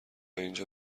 اینجا